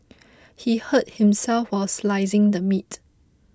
he hurt himself while slicing the meat